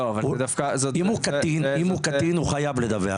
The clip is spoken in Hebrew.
אם הוא קטין, הוא חייב לדווח.